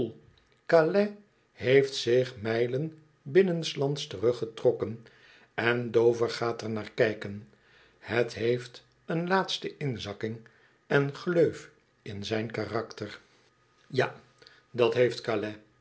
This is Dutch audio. heeft zich mijlen binnenslands teruggetrokken en dover gaat er naar kijken het heeft een laatste inzakking en gleuf in zijn karakter ja dat heeft